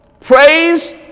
praise